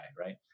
right